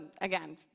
again